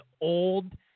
old